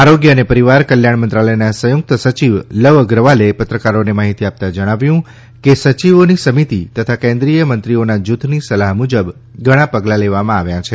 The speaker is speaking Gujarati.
આરોગ્ય અને પરિવાર કલ્યાણ મંત્રાલયના સંયુક્ત સચિવ લવ અગ્રવાલે પત્રકારોને માહિતી આપતા જણાવ્યું કે સચિવોની સમિતિ તથા કેન્દ્રીય મંત્રીઓના જૂથની સલાહ મુજબ ઘણા પગલાં લેવામાં આવ્યા છે